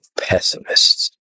pessimists